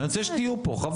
אני רוצה שתהיו פה חבל.